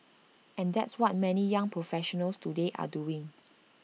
and that's what many young professionals today are doing